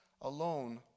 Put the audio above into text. alone